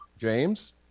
James